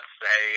say